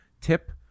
Tip